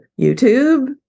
YouTube